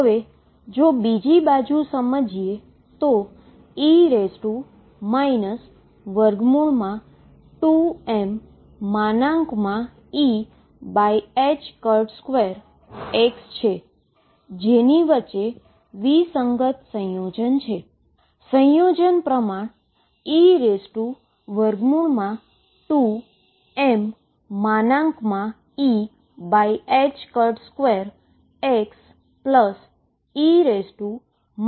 હવે જો બીજી બાજુ સમજીએ તો e 2mE2xછે જેની વચ્ચે વિસંગત સંયોજન છે